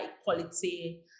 equality